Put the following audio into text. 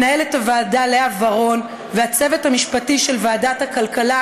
מנהלת הוועדה לאה ורון והצוות המשפטי של ועדת הכלכלה,